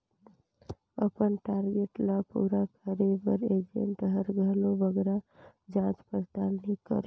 अपन टारगेट ल पूरा करे बर एजेंट हर घलो बगरा जाँच परताल नी करे